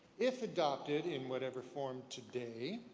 if adopted in whatever form today,